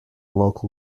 local